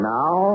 now